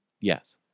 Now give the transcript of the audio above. yes